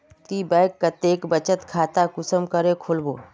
ती बैंक कतेक बचत खाता कुंसम करे खोलबो?